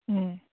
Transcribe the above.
उम